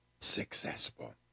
successful